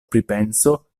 pripenso